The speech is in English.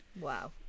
wow